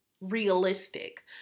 realistic